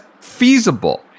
feasible